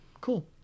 cool